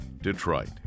Detroit